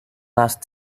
last